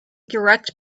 direct